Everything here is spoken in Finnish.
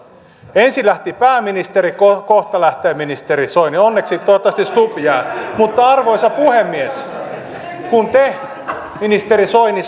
ensin lähti pääministeri kohta lähtee ministeri soini onneksi toivottavasti stubb jää arvoisa puhemies kun te ministeri soini